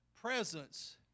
presence